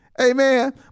amen